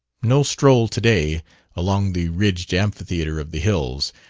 no stroll today along the ridged amphitheatre of the hills,